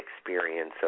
experience